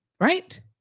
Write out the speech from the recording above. right